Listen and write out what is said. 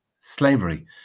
slavery